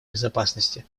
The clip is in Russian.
безопасности